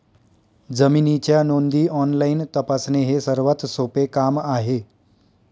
जमिनीच्या नोंदी ऑनलाईन तपासणे हे सर्वात सोपे काम आहे